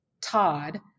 Todd